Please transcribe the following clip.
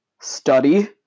study